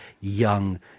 young